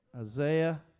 Isaiah